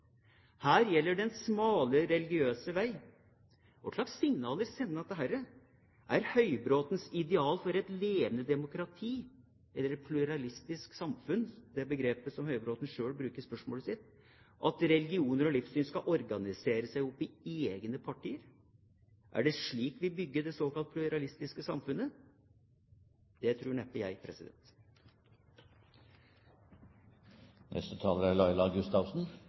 Her gjelder den smale religiøse vei. Hvilke signaler sender dette? Er Høybråtens ideal for et levende demokrati, eller «det pluralistiske samfunnet», som er det begrepet Høybråten selv bruker i spørsmålet sitt, at religioner og livssyn skal organisere seg i egne partier? Er det slik vi bygger det såkalte pluralistiske samfunnet? Det tror jeg neppe. Over hele verden synges sangen «Din tanke er